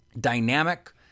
dynamic